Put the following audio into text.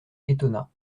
étonna